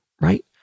right